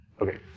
Okay